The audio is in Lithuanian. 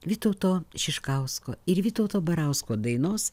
vytauto šiškausko ir vytauto barausko dainos